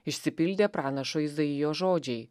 išsipildė pranašo izaijo žodžiai